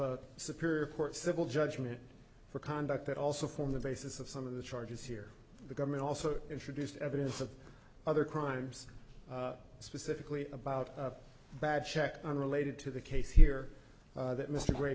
a superior court civil judgment for conduct that also formed the basis of some of the charges here the government also introduced evidence of other crimes specifically about a bad check on related to the case here that mr gray